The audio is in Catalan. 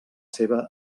seva